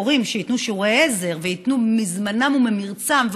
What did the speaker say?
מורים שייתנו שיעורי עזר וייתנו מזמנם וממרצם,